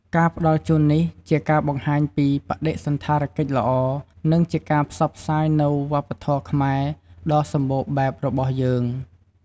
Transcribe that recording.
ការផ្តល់ជូននេះជាការបង្ហាញពី បដិសណ្ឋារកិច្ចល្អ និងជាការផ្សព្វផ្សាយនូវ វប្បធម៌ខ្មែរ ដ៏សម្បូរបែបរបស់យើង។